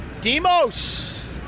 Demos